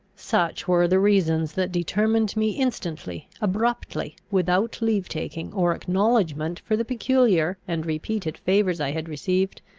such were the reasons that determined me instantly, abruptly, without leave-taking, or acknowledgment for the peculiar and repeated favours i had received,